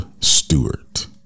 Stewart